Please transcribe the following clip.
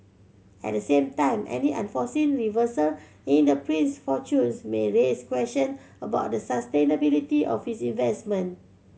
at the same time any unforeseen reversal in the prince fortunes may raise question about the sustainability of his investment